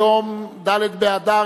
היום ד' באדר,